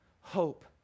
hope